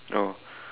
oh